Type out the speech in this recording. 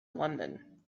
london